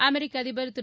அமெரிக்க அதிபர் திரு